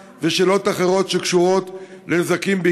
בזמן חירום על ידי הפעלת מה שקוראים "מצב מיוחד